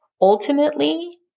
Ultimately